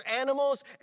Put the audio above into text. animals